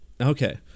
okay